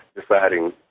deciding